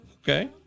Okay